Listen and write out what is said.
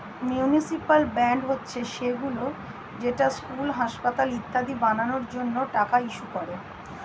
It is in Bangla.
মিউনিসিপ্যাল বন্ড হচ্ছে সেইগুলো যেটা স্কুল, হাসপাতাল ইত্যাদি বানানোর জন্য টাকা ইস্যু করে